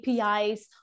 APIs